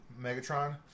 Megatron